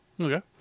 Okay